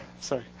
sorry